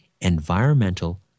environmental